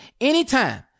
anytime